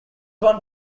one